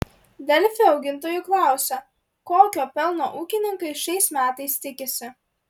delfi augintojų klausia kokio pelno ūkininkai šiais metais tikisi